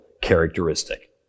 characteristic